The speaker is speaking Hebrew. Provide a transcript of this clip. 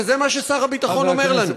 וזה מה ששר הביטחון אומר לנו.